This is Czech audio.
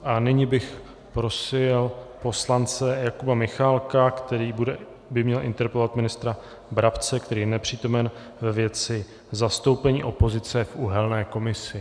A nyní bych prosil poslance Jakuba Michálka, který by měl interpelovat ministra Brabce, který je nepřítomen, ve věci zastoupení opozice v uhelné komisi.